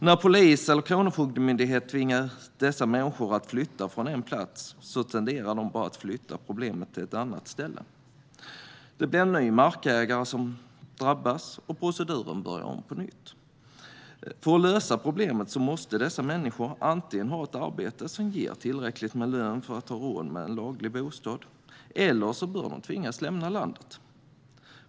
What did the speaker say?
När polis eller kronofogdemyndighet tvingar dessa människor att flytta från en plats tenderar de att flytta problemet till ett annat ställe. Det blir en ny markägare som drabbas, och proceduren börjar om på nytt. För att lösa problemet måste dessa människor antingen ha ett arbete som ger tillräckligt med lön för att ha råd med en laglig bostad, eller också bör de tvingas lämna landet.